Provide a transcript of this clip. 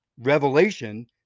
revelation